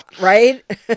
right